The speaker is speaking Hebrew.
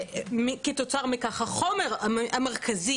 שנמצא מתחת להשחרה אבל זו ההנחיה,